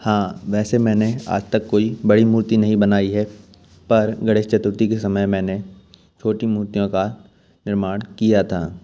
हाँ वैसे मैंने आज तक कोई बड़ी मूर्ति नहीं बनाई है पर गणेश चतुर्थी के समय मैंने छोटी मूर्तियों का निर्माण किया था